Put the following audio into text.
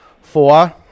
Four